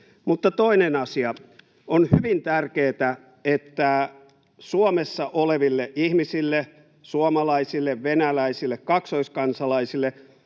Mutta toinen asia: on hyvin tärkeätä, että Suomessa oleville ihmisille — suomalaisille, venäläisille, kaksoiskansalaisille